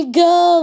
go